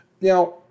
Now